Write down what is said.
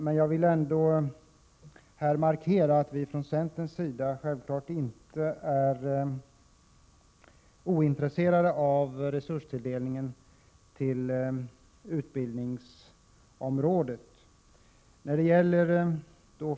Men jag vill ändå här markera att vi från centern självfallet inte är ointresserade av resurstilldelningen till utbildningsområdet.